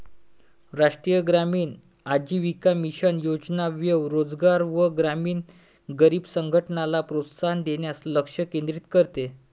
राष्ट्रीय ग्रामीण आजीविका मिशन योजना स्वयं रोजगार व ग्रामीण गरीब संघटनला प्रोत्साहन देण्यास लक्ष केंद्रित करते